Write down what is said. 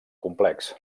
complex